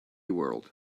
world